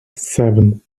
seven